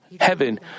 heaven